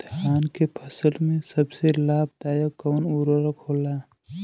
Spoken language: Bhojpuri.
धान के फसल में सबसे लाभ दायक कवन उर्वरक होला?